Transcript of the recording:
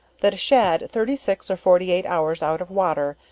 that a shad thirty six or forty eight hours out of water,